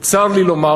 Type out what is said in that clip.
צר לי לומר,